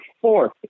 fourth